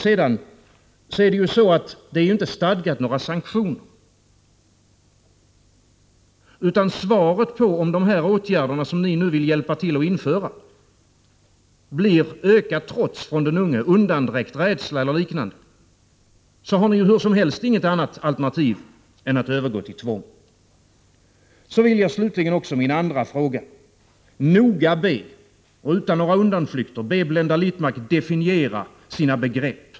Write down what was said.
Det är ju inte stadgat om några sanktioner, utan svaret på de här åtgärderna, som Blenda Littmarck nu vill hjälpa till att införa, blir ökat trots från den unge, undandräkt, rädsla eller liknande. Då har ni naturligtvis inget annat alternativ än att övergå till tvång. Slutligen min andra fråga. Jag vill be Blenda Littmarck att noga och utan några undanflykter definiera sina begrepp.